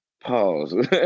Pause